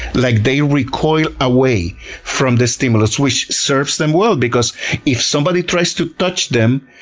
like they recoil away from the stimulus, which serves them well because if somebody tries to touch them,